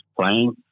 playing